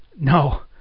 No